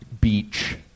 beach